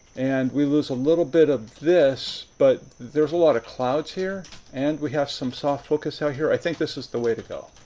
and we lose a little bit of this, but there are a lot of clouds here and we have some soft focus out here. i think this is the way to go.